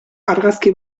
argazki